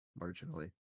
Marginally